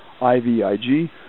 IVIG